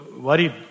worried